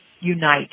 unite